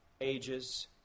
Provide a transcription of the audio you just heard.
ages